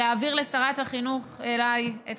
להעביר לשרת החינוך, אליי, את